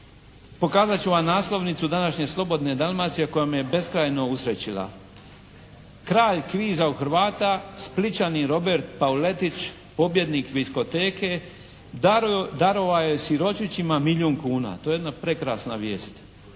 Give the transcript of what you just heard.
pokazat ću vam naslovnicu današnje "Slobodne Dalmacije" koja me je beskrajno usrećila "Kraj kviza u Hrvata, Splićanin Robert Pauletić pobjednik "Kviskoteke" darovao je siročićima milijun kuna". To je jedna prekrasna vijest.